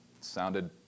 sounded